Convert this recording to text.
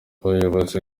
ubuyobozi